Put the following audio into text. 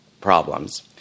problems